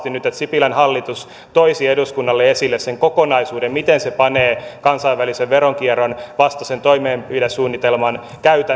että sipilän hallitus toisi eduskunnalle esille sen kokonaisuuden miten se panee käytäntöön kansainvälisen veronkierron vastaisen toimenpidesuunnitelman